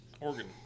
Oregon